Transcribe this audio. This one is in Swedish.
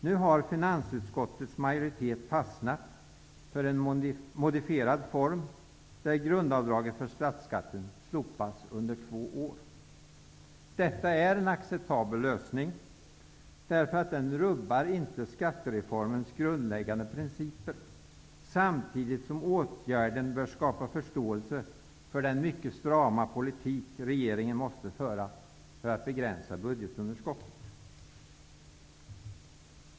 Nu har finansutskottets majoritet fastnat för en modifierad form, där grundavdraget för statsskatten slopas under två år. Detta är en acceptabel lösning, eftersom den inte rubbar skattereformens grundläggande principer, samtidigt som åtgärden bör skapa förståelse för den mycket strama politik som regeringen måste föra för att begränsa budgetunderskottet.